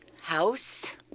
house